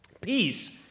Peace